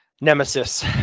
nemesis